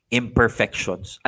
imperfections